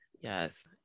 yes